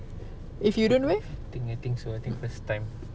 if you don't wear